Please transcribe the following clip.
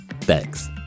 Thanks